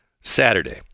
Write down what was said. Saturday